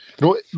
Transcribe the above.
No